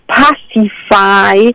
pacify